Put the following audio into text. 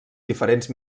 diferents